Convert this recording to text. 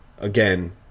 again